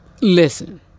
listen